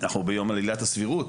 אנחנו ביום על עילת הסבירות.